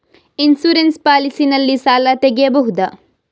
Insurance policy ನಲ್ಲಿ ಸಾಲ ತೆಗೆಯಬಹುದ?